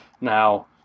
now